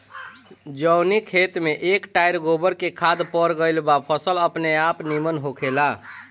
जवनी खेत में एक टायर गोबर के खाद पड़ गईल बा फसल अपनेआप निमन होखेला